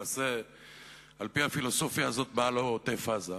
על-פי הפילוסופיה הזאת, מה לא עוטף-עזה?